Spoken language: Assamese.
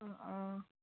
অঁ অঁ